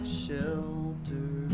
shelter